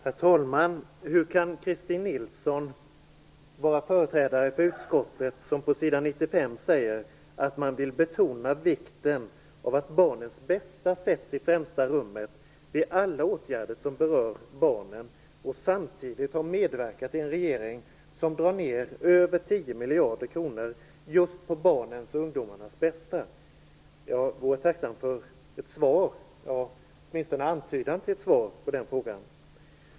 Herr talman! Hur kan Christin Nilsson vara företrädare för utskottet, som på s. 95 säger att man vill betona vikten av att barnens bästa sätt i främsta rummet vid alla åtgärder som berör barnen, och samtidigt ha medverkat i en regering som drar ned över 10 miljarder kronor just på barnens och ungdomarnas bästa? Jag vore tacksam för ett svar, åtminstone en antydan till ett svar, på den frågan.